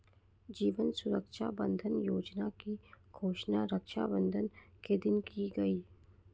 जीवन सुरक्षा बंधन योजना की घोषणा रक्षाबंधन के दिन की गई